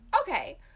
okay